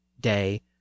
day